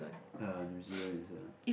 uh New Zealand inside ah